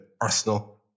Arsenal